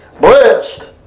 Blessed